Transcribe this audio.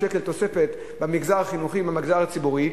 שקל תוספת למגזר החינוכי ולמגזר הציבורי,